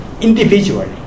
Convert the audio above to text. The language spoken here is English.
individually